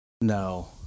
No